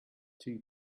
two